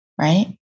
right